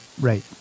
Right